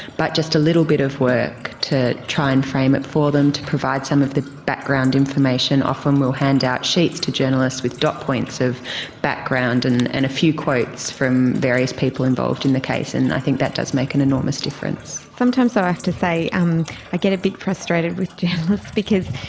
but just a little bit of work to try and frame it for them, to provide some of the background information, often we will hand out sheets to journalists with dot points of background and and a few quotes from various people involved in the case, and i think that does make an enormous difference. sometimes though i have to say um i get a bit frustrated with journalists, because,